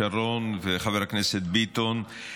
שרון וחבר הכנסת ביטון,